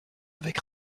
avec